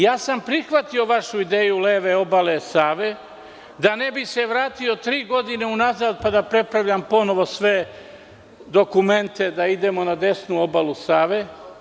Ja sam prihvatio vašu ideju leve obale Save, da se ne bih vratio tri godine unazad pa da prepravljam sve dokumente i da idemo na desnu obalu Save.